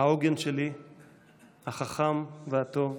העוגן שלי החכם והטוב,